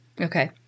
Okay